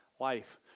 life